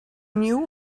knew